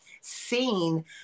seen